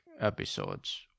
episodes